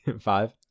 Five